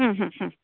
ಹ್ಞೂ ಹ್ಞೂ ಹ್ಞೂ